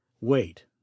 Wait